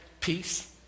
Peace